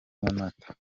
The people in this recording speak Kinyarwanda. nyamata